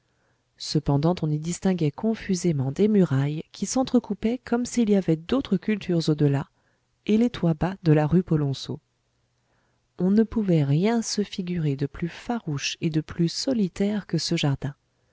cependant on y distinguait confusément des murailles qui s'entrecoupaient comme s'il y avait d'autres cultures au delà et les toits bas de la rue polonceau on ne pouvait rien se figurer de plus farouche et de plus solitaire que ce jardin